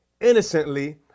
innocently